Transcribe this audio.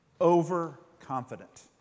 overconfident